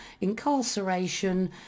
incarceration